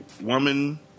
woman